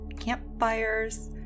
campfires